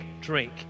drink